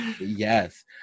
Yes